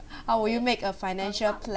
how will you make a financial plan